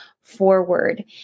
forward